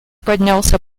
поднялся